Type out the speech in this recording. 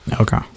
Okay